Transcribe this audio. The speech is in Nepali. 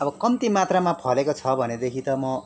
अब कम्ती मात्रामा फलेको छ भनेदेखि त म